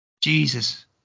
Jesus